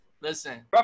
Listen